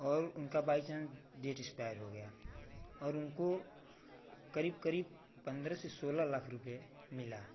और उनका by chance date expire हो गया और उनको करीब करीब पंद्रह से सोलह लाख रूपए मिला